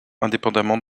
indépendamment